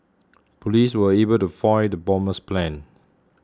police were able to foil the bomber's plans